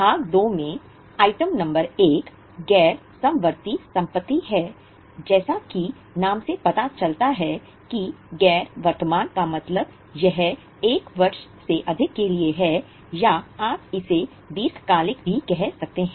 भाग II में item number 1 गैर समवर्ती संपत्ति है जैसा कि नाम से पता चलता है कि गैर वर्तमान का मतलब यह 1 वर्ष से अधिक के लिए है या आप इसे दीर्घकालिक भी कह सकते हैं